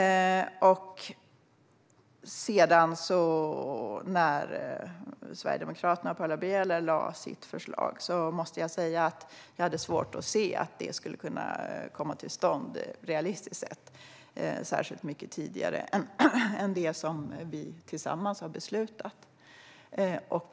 När Sverigedemokraterna och Paula Bieler sedan lade fram sitt förslag hade jag svårt att se att det skulle kunna realiseras särskilt mycket tidigare än det förslag vi tillsammans har beslutat om.